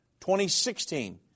2016